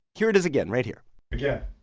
here it is again right here again